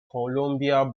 columbia